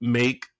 make